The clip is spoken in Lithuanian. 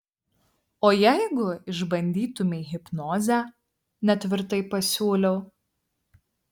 o jeigu išbandytumei hipnozę netvirtai pasiūliau